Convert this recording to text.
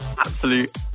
absolute